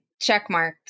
checkmark